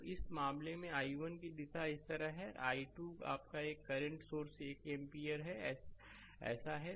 तो इस मामले में i1 की दिशा इस तरह है और i2 आपका एक करंट सोर्स 1 एम्पीयर ऐसा है